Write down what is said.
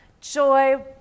joy